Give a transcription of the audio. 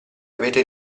avete